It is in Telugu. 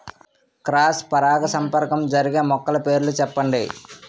క్రాస్ పరాగసంపర్కం జరిగే మొక్కల పేర్లు చెప్పండి?